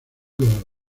girl